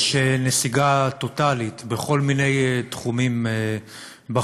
יש בה נסיגה טוטלית בכל מיני תחומים בחיים.